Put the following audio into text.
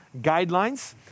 guidelines